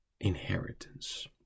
inheritance